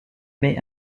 mai